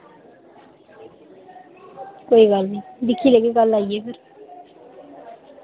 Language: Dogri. कोई गल्ल नि दिक्खी लैगे कल आइयै फिर